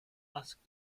asked